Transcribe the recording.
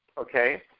okay